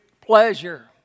pleasure